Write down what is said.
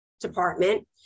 department